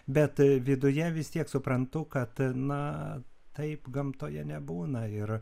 bet viduje vis tiek suprantu kad na taip gamtoje nebūna ir